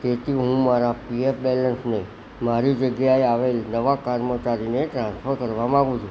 તેથી હું મારા પીએફ બેલેન્સને મારી જગ્યાએ આવેલ નવા કર્મચારીને ટ્રાન્સફર કરવા માગું છું